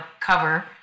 cover